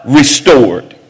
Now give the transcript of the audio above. restored